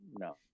no